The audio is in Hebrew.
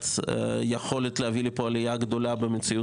יש יכולת להביא לפה עלייה גדולה במציאות